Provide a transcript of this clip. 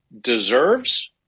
deserves